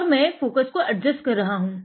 और मै फोकस को एडजस्ट कर रहा हूं